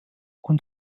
und